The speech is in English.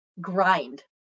Grind